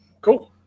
Cool